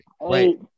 wait